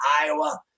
Iowa